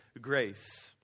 grace